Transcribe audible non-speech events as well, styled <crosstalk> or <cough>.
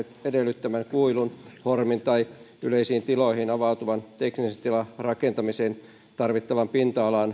edellyttämän kuilun hormin tai yleisiin tiloihin avautuvan teknisen tilan rakentamiseen tarvittavan pinta alan <unintelligible>